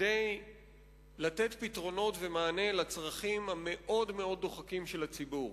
כדי לתת פתרונות ומענה לצרכים המאוד מאוד דוחקים של הציבור.